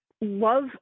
love